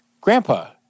Grandpa